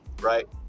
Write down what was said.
Right